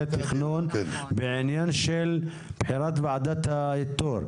התכנון בעניין של בחירת ועדת האיתור?